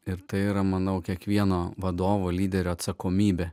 ir tai yra manau kiekvieno vadovo lyderio atsakomybė